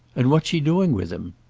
and what's she doing with him?